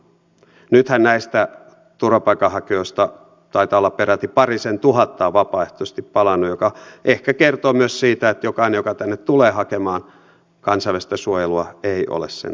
nythän näistä turvapaikanhakijoista taitaa olla peräti parisen tuhatta vapaaehtoisesti palannut mikä ehkä kertoo myös siitä että jokainen joka tänne tulee hakemaan kansainvälistä suojelua ei ole sen tarpeessa